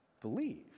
believe